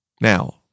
Now